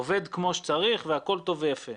עובד כמו צריך והכול טוב ויפה.